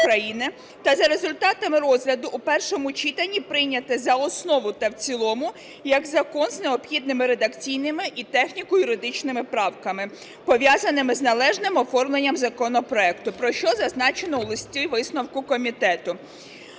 та за результатами розгляду у першому читанні прийняти за основу та в цілому як закон з необхідними редакційними і техніко-юридичними правками, пов'язаними з належним оформленням законопроекту, про що зазначено у листі-висновку комітету.